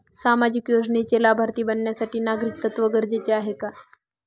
सामाजिक योजनेचे लाभार्थी बनण्यासाठी नागरिकत्व गरजेचे आहे का?